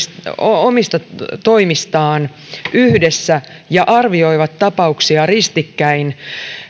omista toimistaan yhdessä ja arvioivat tapauksia ristikkäin